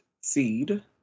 seed